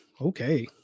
Okay